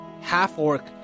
half-orc